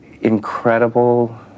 incredible